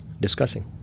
Discussing